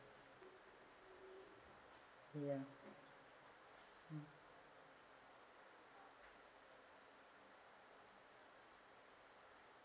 ya hmm